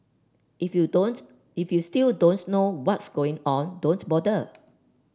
if you don't if you still don't know what's going on don't bother